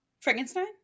Frankenstein